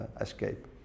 escape